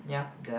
the